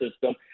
system